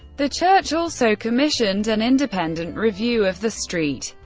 the church also commissioned an independent review of the st.